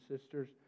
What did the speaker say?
sisters